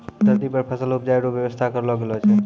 धरती पर फसल उपजाय रो व्यवस्था करलो गेलो छै